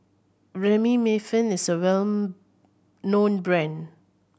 is a well known brand